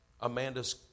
Amanda's